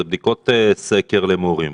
וזה בדיקות סקר למורים,